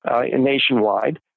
nationwide